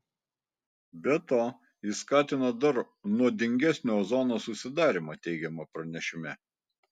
be to jis skatina dar nuodingesnio ozono susidarymą teigiama pranešime